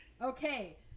Okay